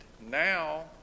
now